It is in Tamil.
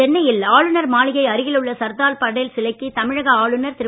சென்னையில் ஆளுநர் மாளிகை அருகில் உள்ள சர்தார் பட்டேல் சிலைக்கு தமிழக ஆளுநர் திரு